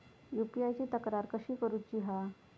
UPI ची तक्रार कशी करुची हा?